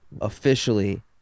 officially